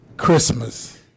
Christmas